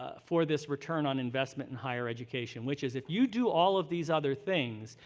ah for this return on investment in higher education which is, if you do all of these other things,